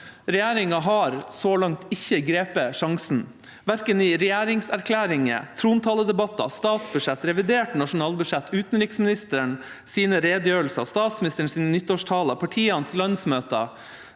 Regjeringa har så langt ikke grepet sjansen – verken i regjeringserklæringa, trontaledebatter, statsbudsjetter, reviderte nasjonalbudsjetter, utenriksministerens redegjørelser, statsministerens nyttårstaler, partienes landsmøter